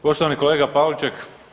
Poštovani kolega Pavliček.